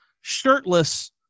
shirtless